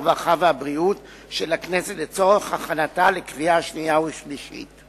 הרווחה והבריאות של הכנסת לצורך הכנתה לקריאה שנייה ולקריאה שלישית.